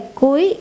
cuối